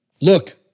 look